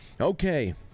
Okay